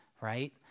right